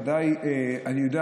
ודאי אני יודע